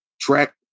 track